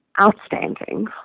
outstanding